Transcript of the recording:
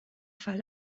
fall